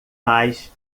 mais